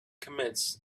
commits